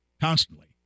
constantly